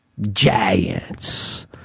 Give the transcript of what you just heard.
Giants